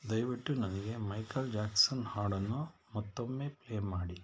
ದಯವಿಟ್ಟು ನನಗೆ Michael Jackson ಹಾಡನ್ನು ಮತ್ತೊಮ್ಮೆ ಪ್ಲೇ ಮಾಡಿ